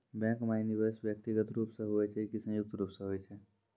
Bank माई निवेश व्यक्तिगत रूप से हुए छै की संयुक्त रूप से होय छै?